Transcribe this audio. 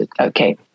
Okay